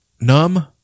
numb